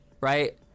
right